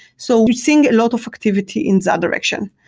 so we're seeing a lot of activity in that direction,